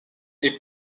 est